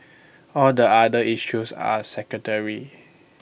all the other issues are secondary